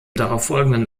darauffolgenden